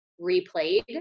replayed